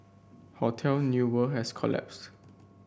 Hotel New World has collapsed